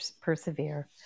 persevere